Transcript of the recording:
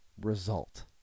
result